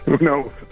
No